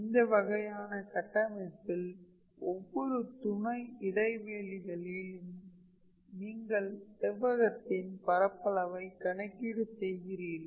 இந்த வகையான கட்டமைப்பில் ஒவ்வொரு துணை இடைவெளிகளிலும் நீங்கள் செவ்வகத்தின் பரப்பளவை கணக்கீடு செய்கிறீர்கள்